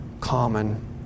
common